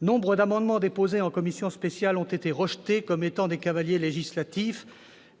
Nombre d'amendements déposés en commission spéciale ont été rejetés comme étant des cavaliers législatifs.